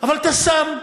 אבל אתה שם.